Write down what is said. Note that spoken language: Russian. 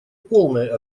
полной